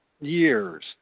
years